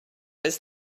his